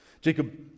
Jacob